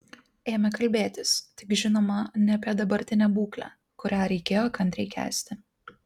ėmė kalbėtis tik žinoma ne apie dabartinę būklę kurią reikėjo kantriai kęsti